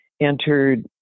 entered